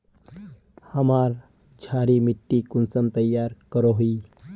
हमार क्षारी मिट्टी कुंसम तैयार करोही?